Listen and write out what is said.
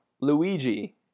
Luigi